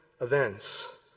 events